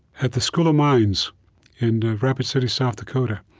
at the school of mines in rapid city, south dakota,